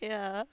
yeah